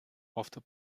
after